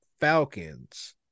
Falcons